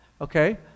okay